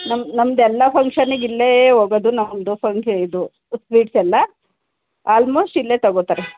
ನಮ್ದು ನಮ್ದು ಎಲ್ಲ ಫಂಕ್ಷನ್ನಿಗೆ ಇಲ್ಲೇ ಹೋಗೋದು ನಮ್ಮದು ಫಂಕ್ಷನ್ ಇದು ಸ್ವೀಟ್ಸ್ ಎಲ್ಲ ಆಲ್ಮೋಸ್ಟ್ ಇಲ್ಲೇ ತಗೋತಾರೆ